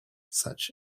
such